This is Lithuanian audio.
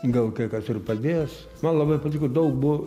gal kas ir padės man labai patiko daug buvo